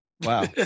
Wow